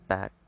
Back